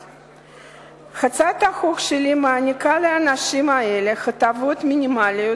הצעת החוק שלי מעניקה לאנשים אלה הטבות מינימליות